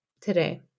today